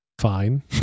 fine